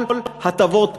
כל הטבות המס.